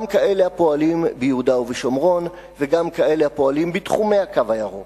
גם כאלה הפועלים ביהודה ושומרון וגם כאלה הפועלים בתחומי "הקו הירוק".